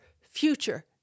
future